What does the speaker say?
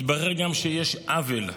התברר גם שיש עוול.